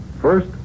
First